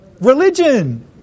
Religion